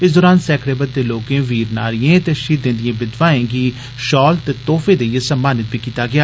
इस दौरान सैंकड़े बद्धे लोकें वीर नारियें ते शहीदें दिए विधवाए गी शाल ते तोहफे देइयै सम्मानित कीता गेआ